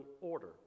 order